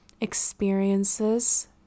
experiences